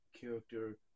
character